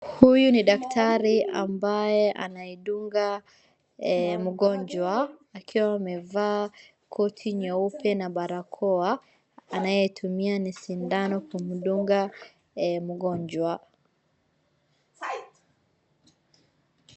Huyu ni daktari ambaye anayedunga mgonjwa akiwa amevaa koti nyeuepe na barakoa. Anayotumia ni sindano kumdunga mgonjwa.